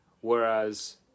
Whereas